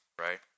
right